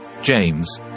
James